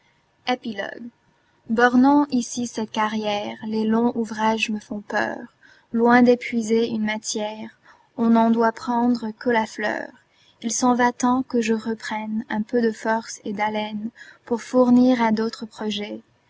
epilogue jjornoïîs ici cette carrière j les longs ouvrages me font peur loin d'épuiser une matière on n'en doit prendre que la fleur ii s'en va temps que je reprenne un peu de forces et d'haleine pour fournir à d'autres projets